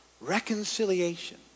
reconciliation